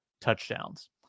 touchdowns